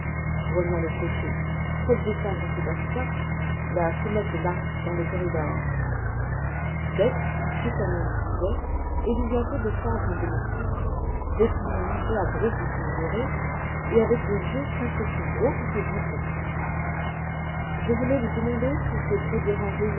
le cocher faites descendre sébastien la sonnette est là dans le corridor dete fit comme on lui disait et vit bientôt descendre un domestique vêtu d'une livrée à gros boutons dorés et avec des yeux presque aussi gros que ses boutons je voulais vous demander si je peux déranger